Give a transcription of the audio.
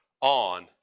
on